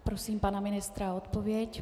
Prosím pana ministra o odpověď.